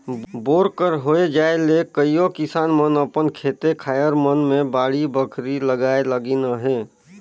bore कर होए जाए ले कइयो किसान मन अपन खेते खाएर मन मे बाड़ी बखरी लगाए लगिन अहे